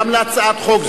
גם להצעת חוק זו,